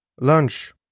Lunch